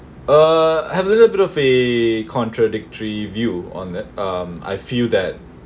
uh have a little bit of a contradictory view on the um I feel that